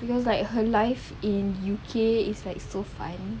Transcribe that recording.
because like her life in U_K is like so fun